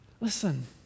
Listen